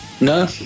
No